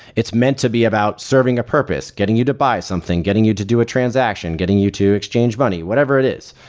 it's meant to be about serving a purpose, getting you to buy something, getting you to do a transaction, getting you to exchange money, whatever it is.